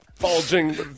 Bulging